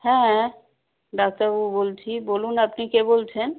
হ্যাঁ ডাক্তারবাবু বলছি বলুন আপনি কে বলছেন